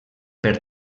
per